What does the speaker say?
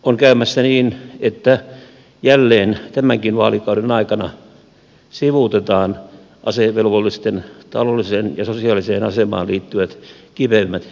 on käymässä niin että jälleen tämänkin vaalikauden aikana sivuutetaan asevelvollisten taloudelliseen ja sosiaaliseen asemaan liittyvät kipeimmät epäkohdat